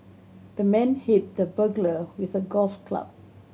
the man hit the burglar with a golf club